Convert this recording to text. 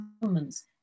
governments